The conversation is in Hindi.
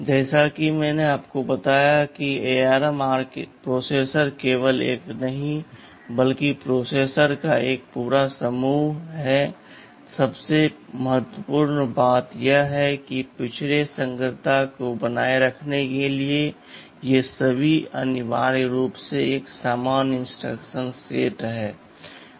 जैसा कि मैंने आपको बताया कि ARM प्रोसेसर केवल एक नहीं है बल्कि प्रोसेसर का एक पूरा परिवार है और सबसे महत्वपूर्ण बात यह है कि पिछड़े संगतता को बनाए रखने के लिए ये सभी अनिवार्य रूप से एक सामान्य इंस्ट्रक्शन का सेट है